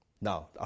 Now